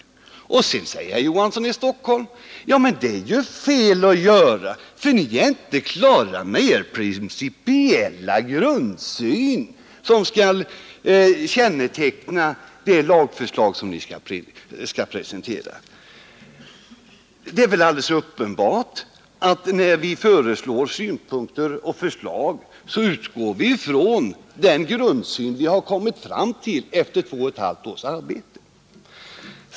Då säger herr Olof Johansson i Stockholm att det var fel att göra det därför att vi inte skulle vara klara med den principiella grundsyn som skall känneteckna det lagförslag som vi skall presentera. Det är väl alldeles uppenbart att när vi framför synpunkter och förslag, så utgår vi ifrån den grundsyn som vi har kommit fram till efter två och ett halvt års arbete.